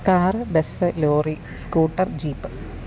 car bus lorry scooter jeep